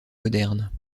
modernes